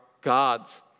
God's